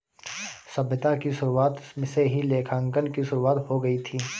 सभ्यता की शुरुआत से ही लेखांकन की शुरुआत हो गई थी